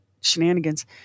shenanigans